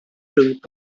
rhwng